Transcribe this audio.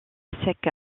sec